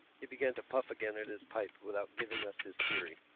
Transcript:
he began to puff again at his pipe without giving us his theory.